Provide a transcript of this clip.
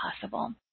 possible